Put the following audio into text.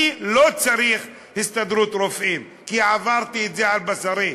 אני לא צריך את ההסתדרות הרפואית כי עברתי את זה על בשרי,